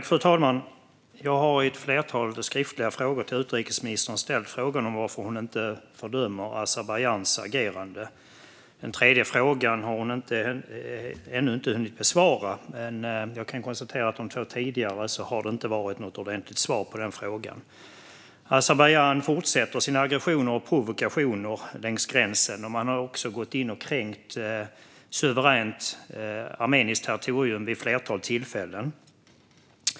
Fru talman! Jag har i ett flertal skriftliga frågor till utrikesministern frågat varför hon inte fördömer Azerbajdzjans agerande. Den tredje frågan har hon ännu inte hunnit besvara, men jag kan konstatera att det inte har kommit något ordentligt svar vid de två tidigare tillfällena. Azerbajdzjan fortsätter sina aggressioner och provokationer längs gränsen. Man har också gått in och kränkt suveränt armeniskt territorium vid ett flertal tillfällen.